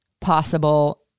possible